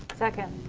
second.